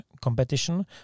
competition